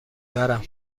برم